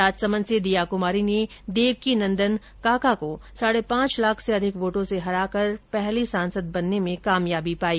राजसमंद से दीया कुमारी ने देवकीनन्दन काका को साढे पांच लाख से अधिक वोटों से हराकर पहली सांसद बनने में कामयाबी पाई